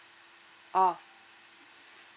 oh